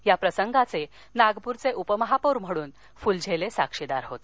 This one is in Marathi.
या प्रसंगाचे नागपूरचे उपमहापौर म्हणून फुलझेले साक्षीदार होते